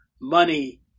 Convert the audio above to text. money